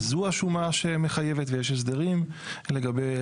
אז זו השומה שמחייבת ויש הסדרים לגבי